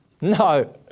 No